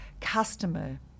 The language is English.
customer